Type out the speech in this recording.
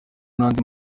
n’andi